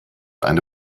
eine